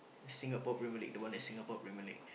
Singapore-Premier-League the one that Singapore-Premier-League